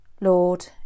Lord